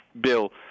Bill